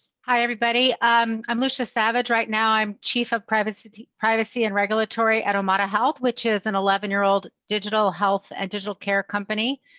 hi everybody um i'm lucia savage right now. i'm chief of privacy. privacy and regulatory at amada health, which is an eleven year old digital health and digital care company.